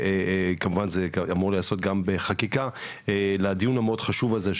וכמובן זה אמור להיעשות גם בחקיקה לדיון המאוד חשוב הזה,